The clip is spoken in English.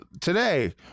today